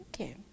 Okay